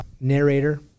narrator